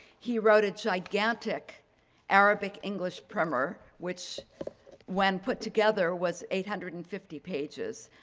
he wrote a gigantic arabic english primer, which when put together was eight hundred and fifty pages.